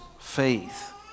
faith